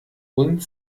und